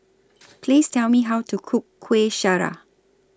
Please Tell Me How to Cook Kueh Syara